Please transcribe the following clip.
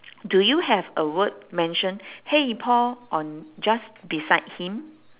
do you have a word !hey! paul on just beside him